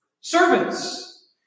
Servants